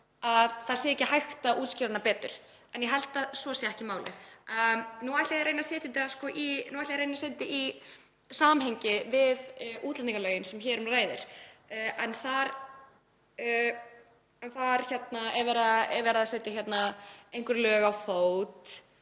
að það sé ekki hægt að útskýra hana betur. En ég held að það sé ekki málið. Nú ætla ég að reyna að setja þetta í samhengi við útlendingalögin sem hér um ræðir, en þar er verið að setja einhver lög á fót